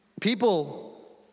People